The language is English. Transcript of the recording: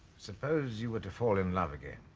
suppose you were to fall in love again.